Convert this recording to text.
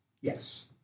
yes